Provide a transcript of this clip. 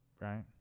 Right